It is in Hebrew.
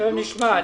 תכף נשמע.